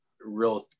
real